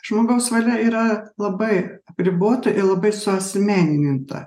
žmogaus valia yra labai apribota ir labai suasmeninta